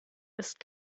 ist